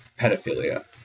pedophilia